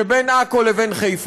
שייתן לי לדבר.